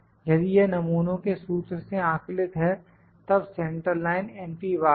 यदि यह नमूनों के सूत्र से आंकलित है तब सेंट्रल लाइन है